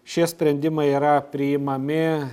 šie sprendimai yra priimami